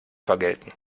vergelten